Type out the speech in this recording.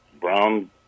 brown